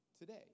today